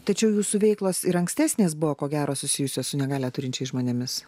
tačiau jūsų veiklos ir ankstesnės buvo ko gero susijusios su negalią turinčiais žmonėmis